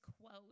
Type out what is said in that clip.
quote